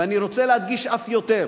ואני רוצה להדגיש אף יותר,